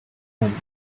home